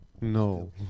No